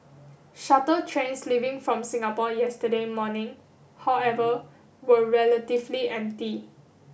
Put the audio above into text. shuttle trains leaving from Singapore yesterday morning however were relatively empty